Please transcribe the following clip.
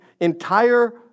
entire